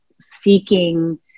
seeking